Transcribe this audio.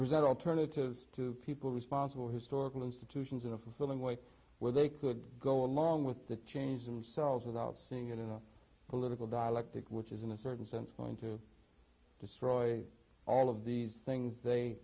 present alternatives to people responsible historical institutions of feeling way where they could go along with the change themselves without seeing it in a political dialectic which is in a certain sense going to destroy all of these things